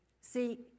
See